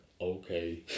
okay